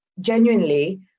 genuinely